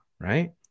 Right